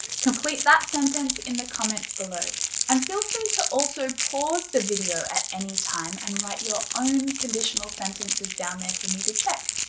complete that sentence in the comments below and feel free to also pause the video at any time and write your own conditional sentences down there for me to check.